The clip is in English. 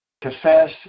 confess